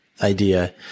idea